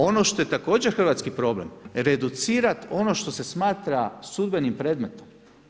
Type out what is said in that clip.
Ono što je također hrvatski problem, reducirati ono što se smatra sudbenim predmetom.